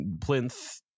Plinth